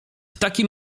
takim